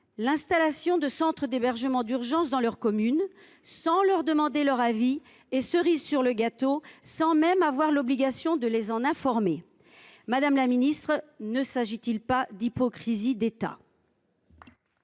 l’installation de centres d’hébergement d’urgence dans leur commune, sans leur demander leur avis et – cerise sur le gâteau !– sans même avoir obligation de les en informer. Madame la secrétaire d’État, ne s’agit il pas d’hypocrisie d’État ?